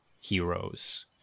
heroes